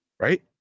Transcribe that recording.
right